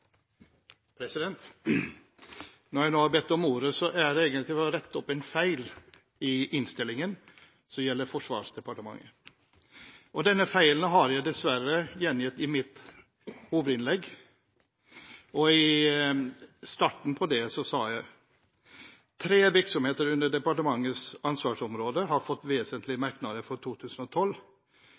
det for å rette opp en feil i innstillingen som gjelder Forsvarsdepartementet. Denne feilen har jeg dessverre gjengitt i mitt hovedinnlegg. I starten av det sa jeg: «Tre virksomheter under departementets ansvarsområde har fått vesentlige merknader for 2012, og dette gjelder Forsvaret, Forsvarsbygg og Forsvarets forskningsinstitutt.» Her skal det stå: Én virksomhet under departementets ansvarsområde har fått vesentlige merknader for 2012,